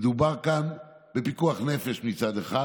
שמדובר כאן בפיקוח נפש מצד אחד